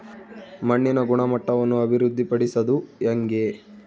ಮಣ್ಣಿನ ಗುಣಮಟ್ಟವನ್ನು ಅಭಿವೃದ್ಧಿ ಪಡಿಸದು ಹೆಂಗೆ?